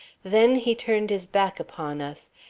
then he turned his back upon us,